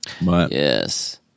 Yes